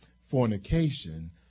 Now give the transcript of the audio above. fornication